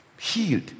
healed